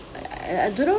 I I don't know